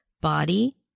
body